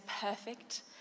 perfect